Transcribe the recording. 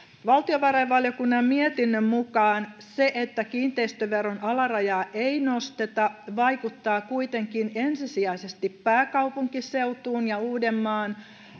valtiovarainvaliokunnan mietinnön mukaan se että kiinteistöveron alarajaa ei nosteta vaikuttaa kuitenkin ensisijaisesti pääkaupunkiseutuun ja uudenmaan